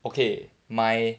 okay my